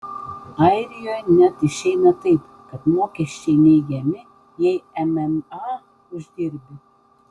airijoje net išeina taip kad mokesčiai neigiami jei mma uždirbi